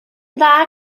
dda